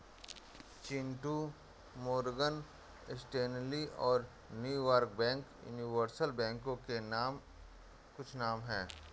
Chintu Morgan Stanley और New York bank universal बैंकों के कुछ नाम है